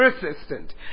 persistent